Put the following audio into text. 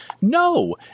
No